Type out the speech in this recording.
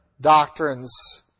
doctrines